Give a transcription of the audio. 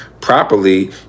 properly